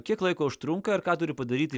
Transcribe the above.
kiek laiko užtrunka ir ką turi padaryti